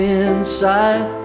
inside